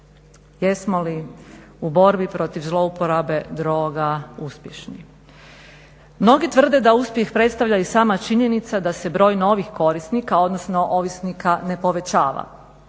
jesmo li u borbi protiv zlouporabe droga uspješni. Mnogi tvrde da uspjeh predstavlja i sama činjenica da se broj novih korisnika odnosno ovisnika ne povećava.